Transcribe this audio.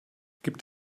gibt